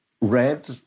red